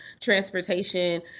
transportation